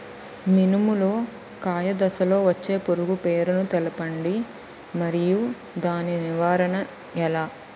మినుము లో కాయ దశలో వచ్చే పురుగు పేరును తెలపండి? మరియు దాని నివారణ ఎలా?